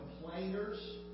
complainers